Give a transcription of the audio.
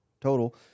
total